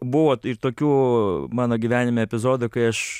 buvo ir tokių mano gyvenime epizodų kai aš